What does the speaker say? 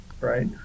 right